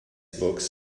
books